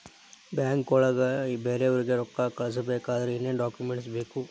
ಬ್ಯಾಂಕ್ನೊಳಗ ಬೇರೆಯವರಿಗೆ ರೊಕ್ಕ ಕಳಿಸಬೇಕಾದರೆ ಏನೇನ್ ಡಾಕುಮೆಂಟ್ಸ್ ಬೇಕು?